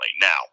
Now